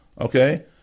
okay